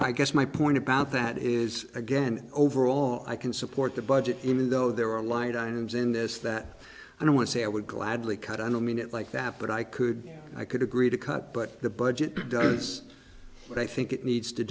i guess my point about that is again overall i can support the budget even though there are light items in this that i want to say i would gladly cut i don't mean it like that but i could i could agree to cut but the budget does what i think it needs to